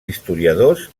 historiadors